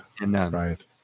Right